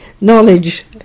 knowledge